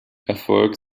erfolg